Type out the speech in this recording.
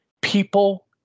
people